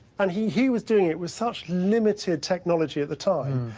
and he he was doing it with such limited technology at the time,